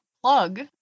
plug